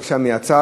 בבקשה מהצד,